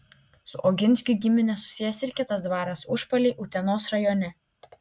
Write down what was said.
su oginskių gimine susijęs ir kitas dvaras užpaliai utenos rajone